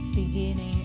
beginning